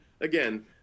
again